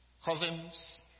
Cousins